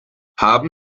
haben